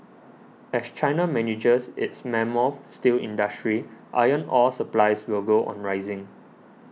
as China manages its mammoth steel industry iron ore supplies will go on rising